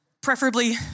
preferably